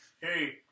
Hey